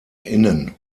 innen